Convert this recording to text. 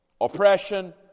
Oppression